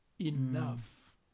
enough